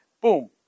boom